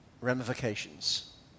ramifications